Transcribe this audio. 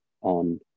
on